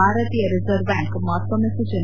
ಭಾರತೀಯ reserve bank ಮತ್ತೊಮ್ಮೆ ಸೂಚನೆ